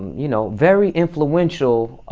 you know, very influential